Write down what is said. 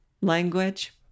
Language